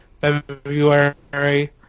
February